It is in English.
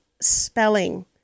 spelling